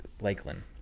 lakeland